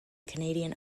canadian